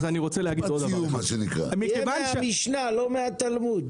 תהיה מהמשנה, לא מהתלמוד.